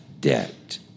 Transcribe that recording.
debt